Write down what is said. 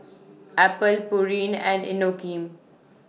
Apple Pureen and Inokim